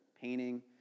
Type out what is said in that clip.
painting